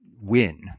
win